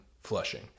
Flushing